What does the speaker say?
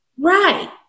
Right